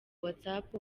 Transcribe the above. whatsapp